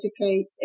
educate